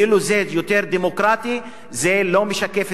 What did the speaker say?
כאילו שאם זה יותר דמוקרטי זה לא משקף